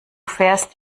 fährst